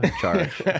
charge